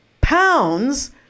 pounds